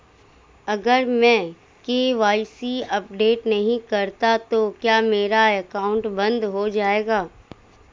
अगर मैं KYC update नहीं करता तो क्या मेरा अकाउंट बंद हो जाएगा?